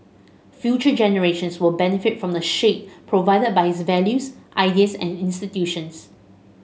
future generations will benefit from the shade provided by his values ideas and institutions